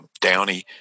Downey